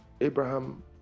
Abraham